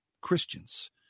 Christians